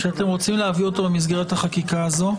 אתם רוצים להביא אותו במסגרת החקיקה הזו?